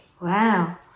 Wow